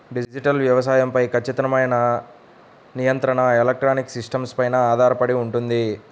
digital వ్యవసాయం పై ఖచ్చితమైన నియంత్రణ ఎలక్ట్రానిక్ సిస్టమ్స్ పైన ఆధారపడి ఉంటుంది